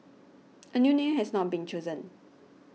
a new name has not been chosen